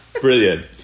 brilliant